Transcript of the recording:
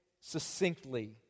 succinctly